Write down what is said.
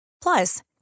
Plus